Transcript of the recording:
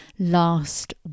last